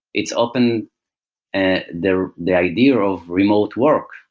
it's often and the the idea of remote work.